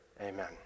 amen